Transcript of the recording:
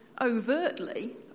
overtly